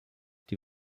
die